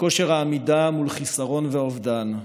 מכושר העמידה מול חיסרון ואובדן,